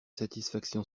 satisfaction